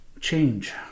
change